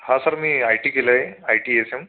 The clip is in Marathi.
हां सर मी आय टी केलं आहे आय टी एस एम